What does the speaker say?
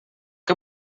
que